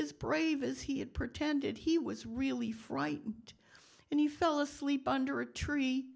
is brave as he had pretended he was really frightened and he fell asleep under a tree